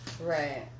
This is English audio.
right